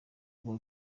uba